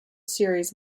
series